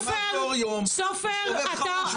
כמעט לאור יום מסתובב חמוש בדיר חנה ויורה.